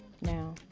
Now